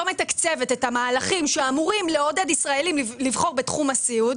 היא לא מתקצבת את המהלכים שאמורים לעודד ישראלים לבחור בתחום הסיעוד,